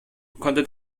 konnte